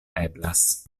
eblas